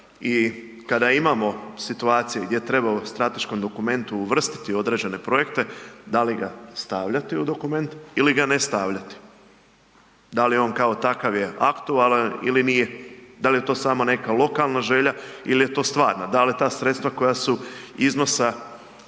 i kada imamo situacije gdje treba u strateškom dokumentu uvrstiti određene projekte, da li ga stavljati u dokument ili ga ne stavljati? Da li on kao takav je aktualan ili nije, da li je to samo neka lokalna želja ili je to stvarna, da li ta sredstva koja su iznosa